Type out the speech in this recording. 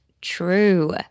true